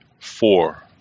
four